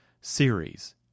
series